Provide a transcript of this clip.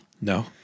No